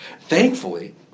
Thankfully